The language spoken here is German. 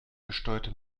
gesteuerte